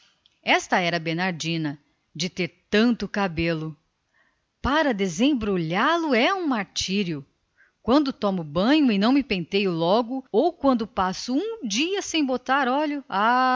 esta era bernardina de ter tanto cabelo para desembrulhá lo é um martírio e quando depois do banho não me penteio logo ou quando passo um dia sem botar óleo